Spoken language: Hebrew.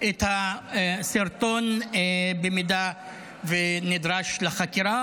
את הסרטון במידה ונדרש לחקירה,